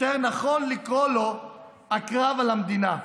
יותר נכון לקרוא לו "הקרב על המדינה",